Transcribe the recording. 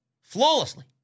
flawlessly